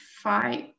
five